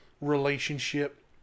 relationship